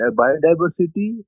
biodiversity